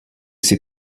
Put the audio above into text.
jsi